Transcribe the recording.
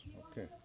Okay